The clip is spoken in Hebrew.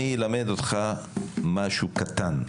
אני אלמד אותך משהו קטן: